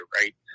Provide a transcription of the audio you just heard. Right